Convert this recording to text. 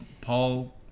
paul